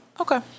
Okay